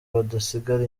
badasigara